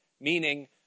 meaning